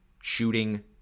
shooting